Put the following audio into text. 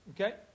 Okay